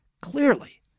clearly